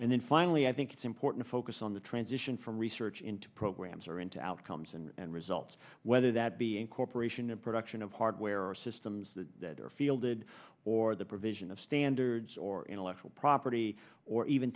and then finally i think it's important to focus on the transition from research into programs or into outcomes and results whether that be in corporation a production of hardware or systems that are fielded or the provision of standards or intellectual property or even